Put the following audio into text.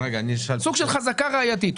זה סוג של חזקה ראייתית.